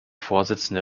vorsitzende